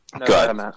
good